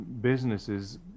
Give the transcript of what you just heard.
businesses